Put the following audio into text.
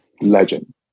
legend